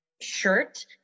shirt